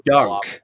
Dunk